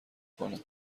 کنه